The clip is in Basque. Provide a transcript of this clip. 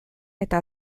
eta